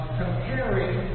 comparing